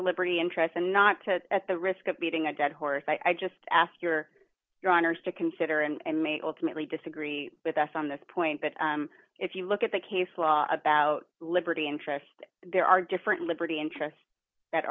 a liberty interest and not to at the risk of beating a dead horse i just ask your draw nurse to consider and may ultimately disagree with us on this point but if you look at the case law about liberty interest there are different liberty interests that